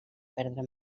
perdre